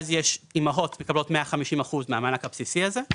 אימהות מקבלות כ-150% מהמענק הבסיסי הזה;